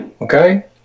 Okay